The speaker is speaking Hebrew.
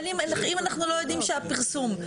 אבל אם אנחנו לא יודעים שהיה פרסום,